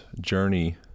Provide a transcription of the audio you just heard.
journey